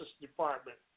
Department